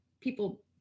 people